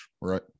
right